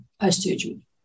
post-surgery